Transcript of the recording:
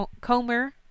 Comer